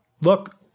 look